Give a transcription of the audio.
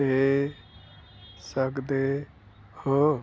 ਦੇ ਸਕਦੇ ਹੋ